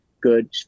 good